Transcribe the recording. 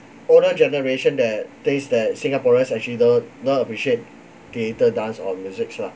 older generation that thinks that singaporeans actually don't don't appreciate theatre dance or musics lah